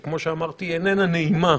שכמו שאמרתי, היא איננה נעימה